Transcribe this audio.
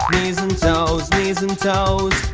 knees and toes, knees and toes